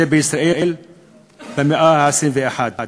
זה בישראל במאה ה-21.